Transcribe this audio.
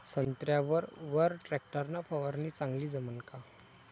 संत्र्यावर वर टॅक्टर न फवारनी चांगली जमन का?